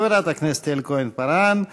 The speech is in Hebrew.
חברת הכנסת יעל כהן-פארן.